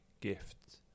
gift